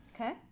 Okay